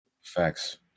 Facts